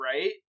right